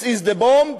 This is the bomb,